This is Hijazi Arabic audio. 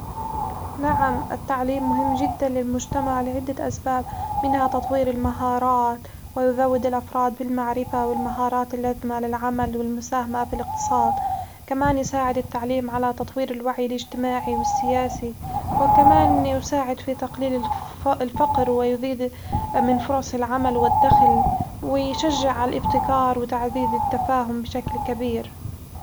نعم، التعليم مهم جدًا للمجتمع لعدة أسباب منها تطوير المهارات ويزود الأفراد في المعرفة والمهارات اللازمة للعمل والمساهمة في الاقتصاد، كمان يساعد التعليم على تطوير الوعي الاجتماعي والسياسي، وكمان يساعد في تقليل الف- الفقر ويزيد من فرص العمل والدخل، ويشجع على الابتكار وتعزيز التفاهم بشكل كبير.